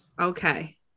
Okay